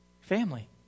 Family